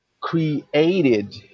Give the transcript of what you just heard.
created